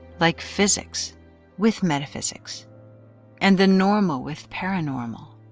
like physics with metaphysics and the normal with paranormal.